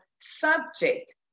subject